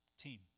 team